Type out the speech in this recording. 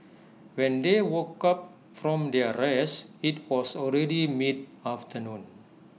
when they woke up from their rest IT was already mid afternoon